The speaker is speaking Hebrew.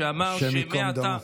השם ייקום דמו.